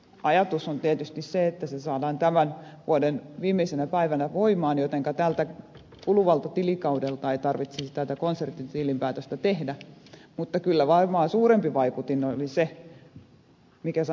ajatus on tietysti se että se saadaan tämän vuoden viimeisenä päivänä voimaan jotenka tältä kuluvalta tilikaudelta ei tarvitsisi tätä konsernitilinpäätöstä tehdä mutta kyllä varmaan suurempi vaikutin oli se mikä sanottiin ääneen